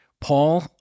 Paul